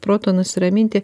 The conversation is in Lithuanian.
proto nusiraminti